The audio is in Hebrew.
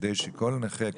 כדי שכל נכה,